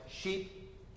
sheep